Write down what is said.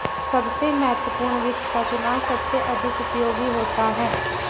सबसे महत्वपूर्ण वित्त का चुनाव सबसे अधिक उपयोगी होता है